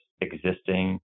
existing